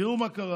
תראו מה קרה,